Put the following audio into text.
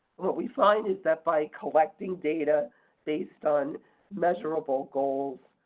what we find is that by collecting data based on measurable goals,